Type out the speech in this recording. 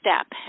step